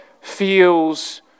feels